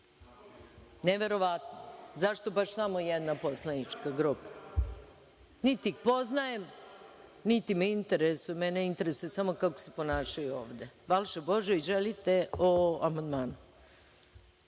Neverovatno. Zašto baš samo jedna poslanička grupa? Niti ih poznajem, niti me interesuju. Mene interesuje samo kako se ponašaju ovde. Balša Božović, želite o amandmanu?